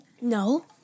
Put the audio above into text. No